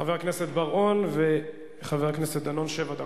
חבר הכנסת בר-און וחבר הכנסת דנון, שבע דקות,